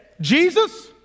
Jesus